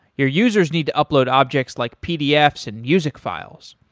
your users need to upload objects like pdfs and music files.